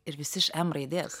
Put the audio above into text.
ir visi iš m raidės